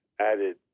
added